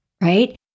right